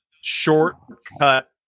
shortcut